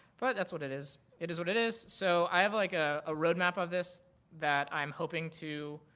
but that's what it is. it is what it is. so i have like a ah road map of this that i'm hoping to